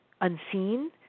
unseen